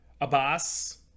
Abbas